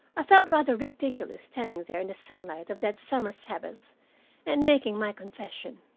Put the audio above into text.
i felt rather ridiculous, standing there in the sunlight of that summer sabbath and making my confession.